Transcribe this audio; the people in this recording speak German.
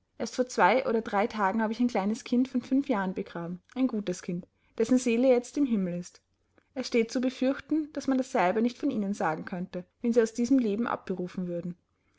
erst vor zwei oder drei tagen habe ich ein kleines kind von fünf jahren begraben ein gutes kind dessen seele jetzt im himmel ist es steht zu befürchten daß man dasselbe nicht von ihnen sagen könnte wenn sie aus diesem leben abberufen würden